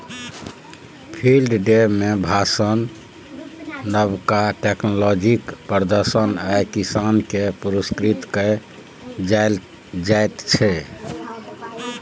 field day मे भाषण, नबका टेक्नोलॉजीक प्रदर्शन आ किसान केँ पुरस्कृत कएल जाइत छै